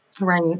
Right